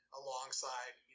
alongside